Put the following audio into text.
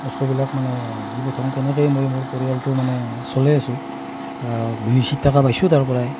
বস্তুবিলাক মানে দি পঠাওঁ তেনেকৈয়ে মই মোৰ পৰিয়ালটো মানে চলাই আছোঁ দুই চাৰি টকা পাইছোঁ তাৰ পৰাই